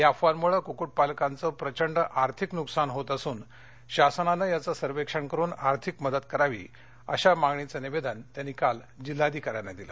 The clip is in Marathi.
या अफवांमुळे क्क्कुटपालकांचं प्रचंड आर्थिक नुकसान होत असून शासनानं याचं सर्वेक्षण करून आर्थिक मदत करावी अशा मागणीचं निवेदन त्यांनी काल जिल्हाधिका यांना दिलं